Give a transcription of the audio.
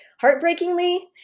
heartbreakingly